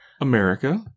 America